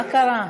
מה קרה?